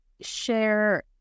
share